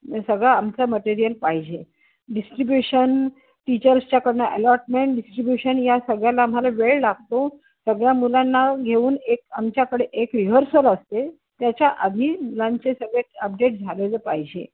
सगळं आमचं मटेरियल पाहिजे डिस्ट्रीब्युशन टीचर्सच्याकडनं अलॉटमेंट डिस्ट्रीब्युशन या सगळ्याला आम्हाला वेळ लागतो सगळ्या मुलांना घेऊन एक आमच्याकडे एक रिहर्सल असते त्याच्या आधी मुलांचे सगळे अपडेट झालेलं पाहिजे